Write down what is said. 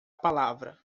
palavra